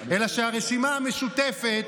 אלא שהרשימה המשותפת,